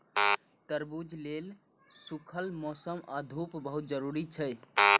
तरबूज लेल सूखल मौसम आ धूप बहुत जरूरी छै